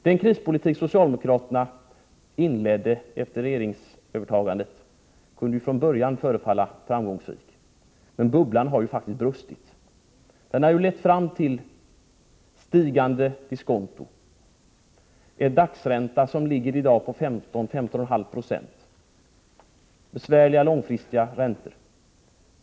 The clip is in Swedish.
Den krispolitik som socialdemokraterna inledde efter regeringsövertagandet kunde från början förefalla framgångsrik. Men bubblan har faktiskt brustit. Krispolitiken har lett fram till stigande diskonto, en dagsränta som för närvarande ligger på 15-15,5 96 och besvärliga långfristiga räntor.